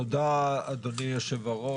תודה אדוני יו"ר,